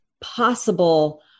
possible